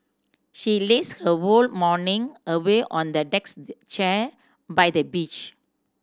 she lazed her whole morning away on the decks chair by the beach